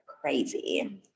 crazy